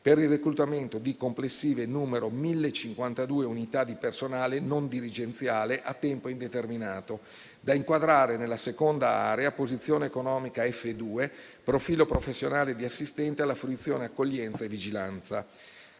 per il reclutamento di complessive 1.052 unità di personale non dirigenziale a tempo indeterminato, da inquadrare nella seconda area posizione economica F2, profilo professionale di assistente alla fruizione, accoglienza e vigilanza.